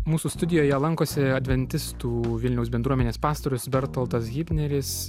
mūsų studijoje lankosi adventistų vilniaus bendruomenės pastorius bertoldas hibneris